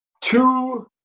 two